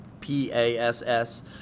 P-A-S-S